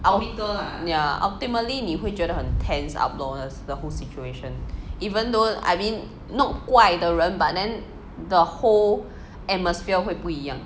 ultimately 你会觉得很 tense up lor the whole situation even though I mean not 怪的人 but then the whole atmosphere 会不一样